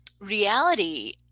reality